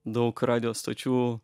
daug radijo stočių